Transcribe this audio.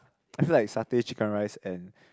I feel like satay chicken rice and